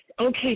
Okay